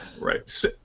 Right